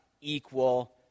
equal